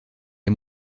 les